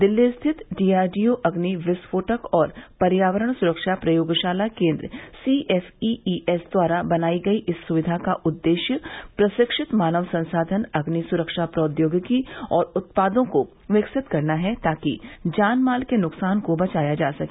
दिल्ली स्थित डीआरडीओ अग्नि विस्फोटक और पर्यावरण सुरक्षा प्रयोगशाला केन्द्र C F E E S द्वारा बनाई गई इस सुविधा का उद्देश्य प्रशिक्षित मानव संसाधन अग्नि सुरक्षा प्रौद्योगिकी और उत्पादों को विकसित करना है ताकि जानमाल के नुकसान को बचाया जा सके